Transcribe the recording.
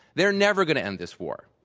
they're never going to end this war.